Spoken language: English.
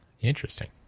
Interesting